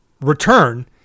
return